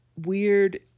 weird